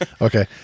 Okay